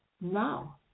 now